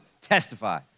Testify